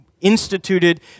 instituted